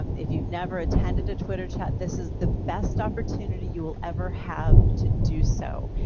um if you've never attended a twitter chat this is the best opportunity you will ever have to do so.